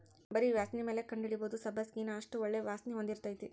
ಬರಿ ವಾಸ್ಣಿಮ್ಯಾಲ ಕಂಡಹಿಡಿಬಹುದ ಸಬ್ಬಸಗಿನಾ ಅಷ್ಟ ಒಳ್ಳೆ ವಾಸ್ಣಿ ಹೊಂದಿರ್ತೈತಿ